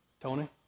Tony